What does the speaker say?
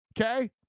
Okay